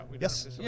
Yes